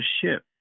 ship